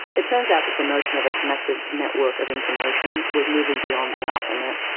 it turns out that the notion of a connected network of information was moving beyond the arpnet.